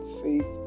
faith